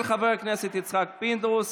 התשפ"א 2021, של חבר הכנסת יצחק פינדרוס.